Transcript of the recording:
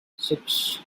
six